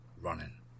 running